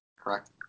Correct